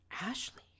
Ashley